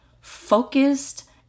focused